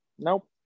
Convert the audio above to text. Nope